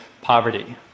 poverty